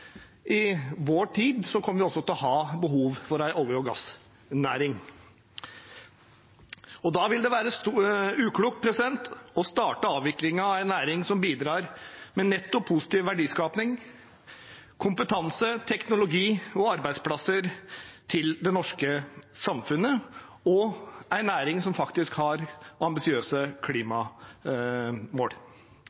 vi også kommer til å ha behov for en olje- og gassnæring i vår tid. Da vil det være uklokt å starte avviklingen av en næring som bidrar med nettopp positiv verdiskaping, kompetanse, teknologi og arbeidsplasser til det norske samfunnet, og en næring som faktisk har ambisiøse